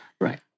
Right